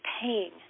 paying